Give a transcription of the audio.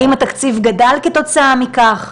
האם התקציב גדל כתוצאה מכך?